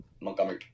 Montgomery